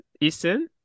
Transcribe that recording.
Eastern